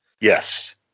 Yes